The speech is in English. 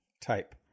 type